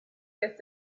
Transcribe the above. here